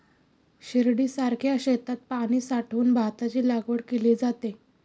शिर्डीसारख्या शेतात पाणी साठवून भाताची लागवड केली जाते